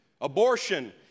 Abortion